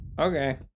Okay